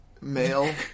male